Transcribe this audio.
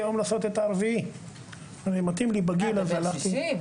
אני הלכתי היום